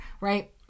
right